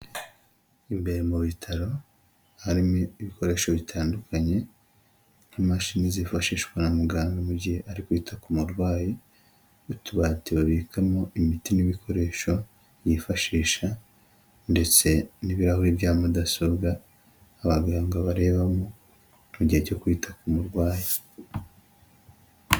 Imbere mu bitaro, harimo ibikoresho bitandukanye, nk'imashini zifashishwa na muganga mu gihe ari kwita ku murwayi, utubati babikamo imiti n'ibikoresho yifashisha, ndetse n'ibirahuri bya Mudasobwa abaganga bareba mu gihe cyo kwita ku murwayi.